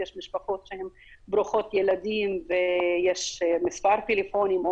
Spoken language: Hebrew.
יש משפחות שהן ברוכות ילדים ויש מספר טלפונים,